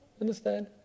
Understand